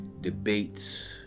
debates